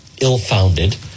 ill-founded